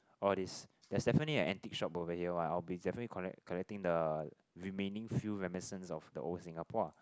all these there's definitely an antique shop over here one I'll be definitely collect collecting the remaining few reminiscence of the old Singapore ah